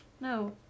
No